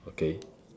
okay